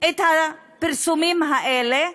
את הפרסומים האלה,